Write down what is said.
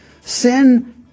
Sin